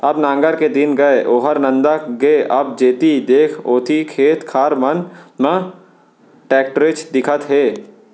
अब नांगर के दिन गय ओहर नंदा गे अब जेती देख ओती खेत खार मन म टेक्टरेच दिखत हे